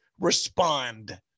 respond